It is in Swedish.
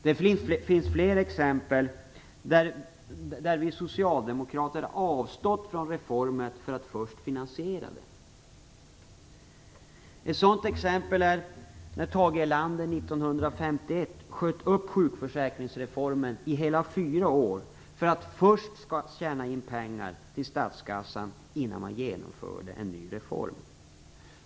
Det finns flera exempel där vi socialdemokrater har avstått från reformer därför att vi ville först kunna finansiera dem. Ett sådant exempel är när Tage Erlander 1951 sköt upp sjukförsäkringsreformen i hela fyra år för att man först skulle tjäna in pengar till statskassan innan man genomförde en ny reform.